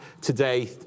today